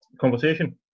Conversation